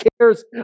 cares